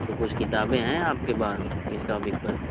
تو کچھ کتابیں ہیں آپ کے پاس اس ٹاپک پر